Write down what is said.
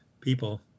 people